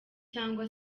cyangwa